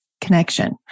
connection